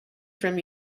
from